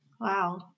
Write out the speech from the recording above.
Wow